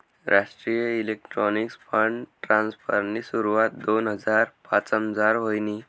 राष्ट्रीय electronics fund ट्रान्स्फरनी सुरवात दोन हजार पाचमझार व्हयनी